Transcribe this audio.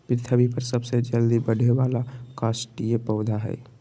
पृथ्वी पर सबसे जल्दी बढ़े वाला काष्ठिय पौधा हइ